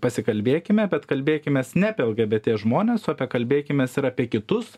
pasikalbėkime bet kalbėkimės ne apie lgbt žmones o apie kalbėkimės ir apie kitus